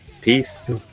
Peace